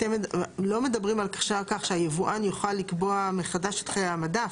אתם לא מדברים על כך שהיבואן יוכל לקבוע מחדש את חיי המדף,